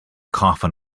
coffin